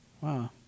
Wow